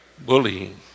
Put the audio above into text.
bullying